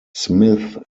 smith